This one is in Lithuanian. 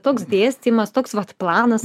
toks dėstymas toks vat planas